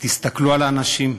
תסתכלו על האנשים.